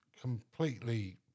completely